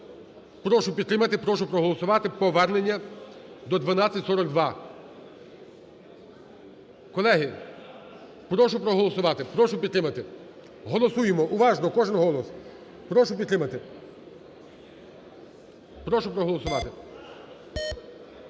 Прошу підтримати, прошу проголосувати повернення до 1242. Колеги, прошу проголосувати, прошу підтримати. Голосуємо уважно кожен голос. Прошу підтримати, прошу проголосувати.